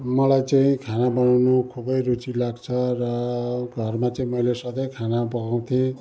मलाई चाहिँ खाना बनाउनु खुबै रुचि लाग्छ र घरमा चाहिँ मैले सधैँ खाना पकाउँथेँ